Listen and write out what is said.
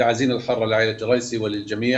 תנחומיי הכנים למשפחת ג'ראיסי ולכולם.